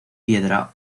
piedra